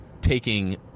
taking